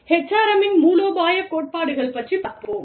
HRM இன் மூலோபாய கோட்பாடுகள் பற்றிப் பார்ப்போம்